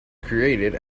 created